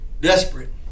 desperate